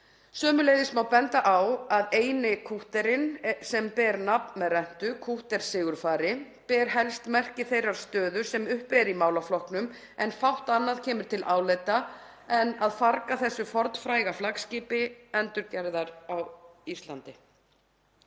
Sömuleiðis má benda á að eini kútterinn sem ber nafn með rentu, kútter Sigurfari, ber helst merki þeirrar stöðu sem uppi er í málaflokknum en fátt annað kemur til álita en að farga þessu fornfræga flaggskipi endurgerðar á Íslandi.